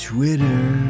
Twitter